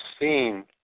seen